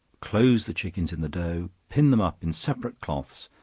close the chickens in the dough, pin them up in separate cloths,